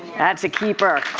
that's a keeper.